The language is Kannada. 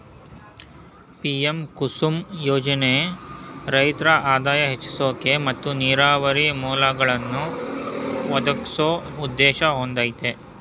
ಪಿ.ಎಂ ಕುಸುಮ್ ಯೋಜ್ನೆ ರೈತ್ರ ಆದಾಯ ಹೆಚ್ಸೋಕೆ ಮತ್ತು ನೀರಾವರಿ ಮೂಲ್ಗಳನ್ನಾ ಒದಗ್ಸೋ ಉದ್ದೇಶ ಹೊಂದಯ್ತೆ